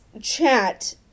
chat